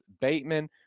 Bateman